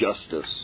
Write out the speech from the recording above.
justice